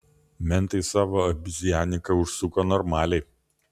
mentai savo abizjaniką užsuko normaliai